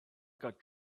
got